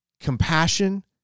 Compassion